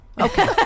Okay